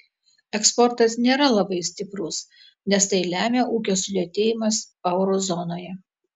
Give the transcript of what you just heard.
eksportas nėra labai stiprus nes tai lemia ūkio sulėtėjimas euro zonoje